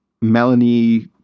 Melanie